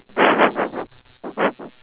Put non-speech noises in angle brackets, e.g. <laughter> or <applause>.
<breath>